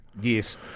yes